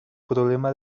problema